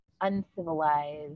uncivilized